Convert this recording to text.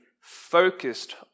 focused